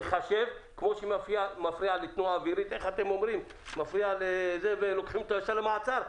ייחשב כמו שמפריע לתנועה האווירית ולוקחים אותו ישר למעצר.